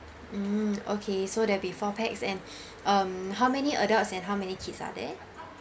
mm okay so there'll be four pax and um how many adults and how many kids are there